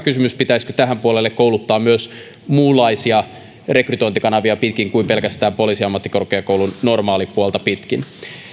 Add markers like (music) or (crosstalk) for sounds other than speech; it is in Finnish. (unintelligible) kysymys pitäisikö tälle puolelle kouluttaa myös muunlaisia rekrytointikanavia pitkin kuin pelkästään poliisiammattikorkeakoulun normaalipuolta pitkin